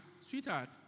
sweetheart